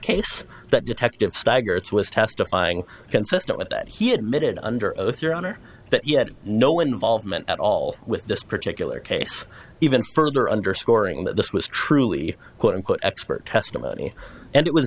case that detective stagger it's was testifying consistent with that he admitted under oath your honor but yet no involvement at all with this particular case even further underscoring that this was truly quote unquote expert testimony and it was